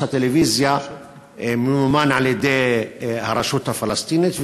הטלוויזיה ממומן על-ידי הרשות הפלסטינית,